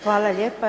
Hvala lijepa.